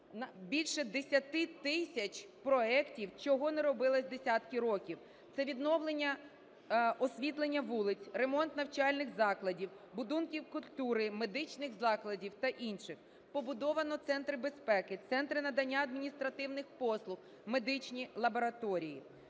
більше 10 тисяч проектів, чого не робилося десятків років. Це відновлення освітлення вулиць, ремонт навчальних закладів, будинків культури, медичних закладів та інших, побудовано центр безпеки, центри надання адміністративних послуг, медичні лабораторії.